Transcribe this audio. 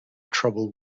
trouble